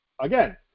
Again